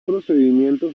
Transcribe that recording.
procedimiento